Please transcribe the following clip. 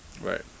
Right